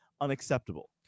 unacceptable